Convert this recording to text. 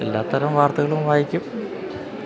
എല്ലാത്തരം വാർത്തകളും വായിക്കും